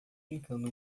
brincando